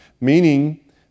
Meaning